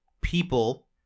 people